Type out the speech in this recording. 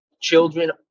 children